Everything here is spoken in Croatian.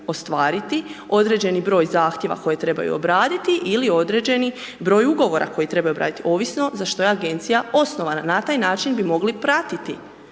ostvariti, određeni broj zahtjeva koji trebaju obraditi ili određeni broj ugovora koji trebaju obraditi, ovisno za što je agencija osnovana, na taj način bi mogli pratiti